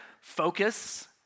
focus